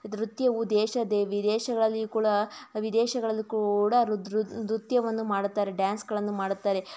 ನೃತ್ಯವು ದೇಶ ದೆ ವಿದೇಶಗಳಲ್ಲಿಯೂ ಕೂಡ ವಿದೇಶಗಳಲ್ಲೂ ಕೂಡ ನೃತ್ಯವನ್ನು ಮಾಡುತ್ತಾರೆ ಡ್ಯಾನ್ಸ್ಗಳನ್ನು ಮಾಡುತ್ತಾರೆ